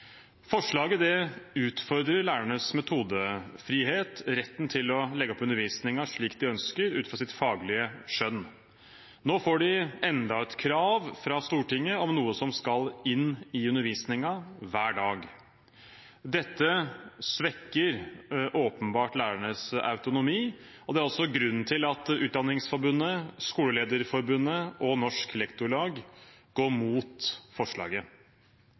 Forslaget utfordrer lærernes metodefrihet, retten til å legge opp undervisningen slik de ønsker ut fra sitt faglige skjønn. Nå får de enda et krav fra Stortinget om noe som skal inn i undervisningen hver dag. Dette svekker åpenbart lærernes autonomi, og det er også grunnen til at Utdanningsforbundet, Skolelederforbundet og Norsk Lektorlag går mot forslaget.